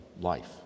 life